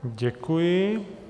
Děkuji.